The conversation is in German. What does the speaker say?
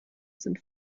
sind